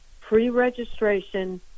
pre-registration